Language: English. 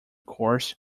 course